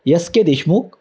yes K Deshmukh